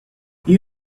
you